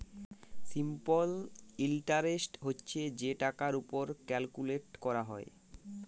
simple interest হছে যে টাকার উপর ক্যালকুলেট ক্যরা হ্যয়